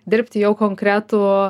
dirbti jau konkretų